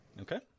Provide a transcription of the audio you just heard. Okay